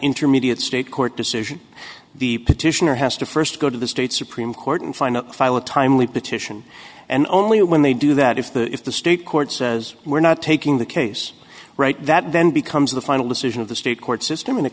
intermediate state court decision the petitioner has to first go to the state supreme court and find out file a timely petition and only when they do that if the if the state court says we're not taking the case right that then becomes the final decision of the state court system